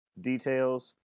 details